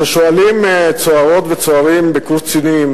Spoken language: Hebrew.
כששואלים צוערות וצוערים בקורס קצינים